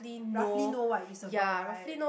roughly know what is about right